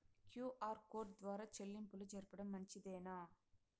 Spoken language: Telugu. క్యు.ఆర్ కోడ్ ద్వారా చెల్లింపులు జరపడం మంచిదేనా?